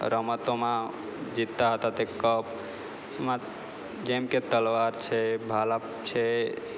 રમતોમાં જીતતા હતા તે કપ માં જેમ કે તલવાર છે ભાલપ છે